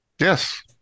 Yes